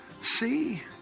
see